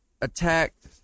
attacked